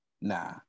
nah